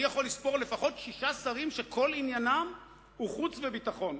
אני יכול לספור שישה שרים שכל עניינם הוא חוץ וביטחון,